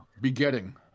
begetting